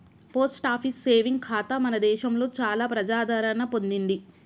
post office saving ఖాతా మన దేశంలో చాలా ప్రజాదరణ పొందింది